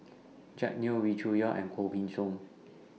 Jack Neo Wee Cho Yaw and Koh Gain Song